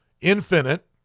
Infinite